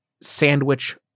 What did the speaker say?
sandwich